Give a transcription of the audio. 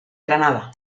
granada